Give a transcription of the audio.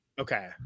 okay